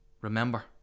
Remember